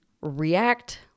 React